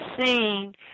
seeing